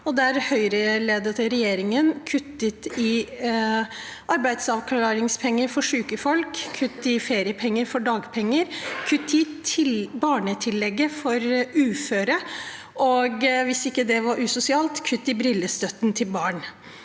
der den Høyre-ledede regjeringen kuttet i arbeidsavklaringspenger for syke folk, kuttet i feriepenger på dagpenger, kuttet i barnetillegget for uføre, og hvis ikke det var usosialt, kuttet i brillestøtten til barn